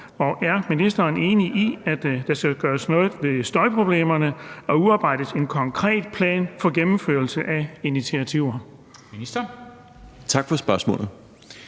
og er ministeren enig i, at der skal gøres noget ved støjproblemerne og udarbejdes en konkret plan for gennemførelse af initiativer?